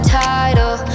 title